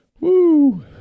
Woo